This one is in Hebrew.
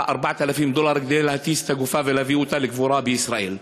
4,000 דולר כדי להטיס את הגופה ולהביא אותה לקבורה בישראל.